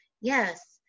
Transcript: Yes